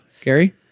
Gary